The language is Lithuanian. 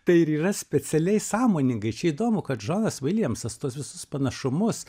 tai ir yra specialiai sąmoningai čia įdomu kad džonas viljamsas tuos visus panašumus